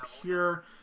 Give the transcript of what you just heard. pure